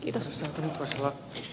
arvoisa puhemies